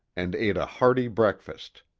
and ate a hearty breakfast.